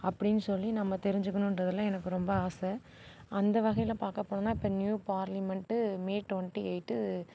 அப்படின்னு சொல்லி நம்ம தெரிஞ்சிக்கணுகின்றதுல எனக்கு ரொம்ப ஆசை அந்த வகையில் பார்க்கப் போனோன்னா இப்போ new parliament May twenty eight